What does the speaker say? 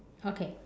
okay